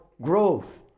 growth